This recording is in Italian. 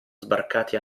sbarcati